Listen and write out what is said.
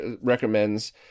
recommends